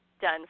done